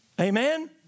Amen